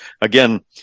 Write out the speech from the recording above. again